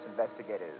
investigators